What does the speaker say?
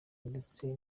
ndetse